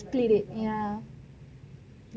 split it ya